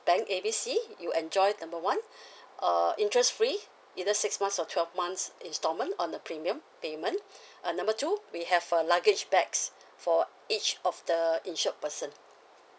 bank A B C you enjoy number one err interest free either six months or twelve months instalment on the premium payment uh number two we have a luggage bags for each of the insured person